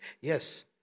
Yes